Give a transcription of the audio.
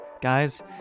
guys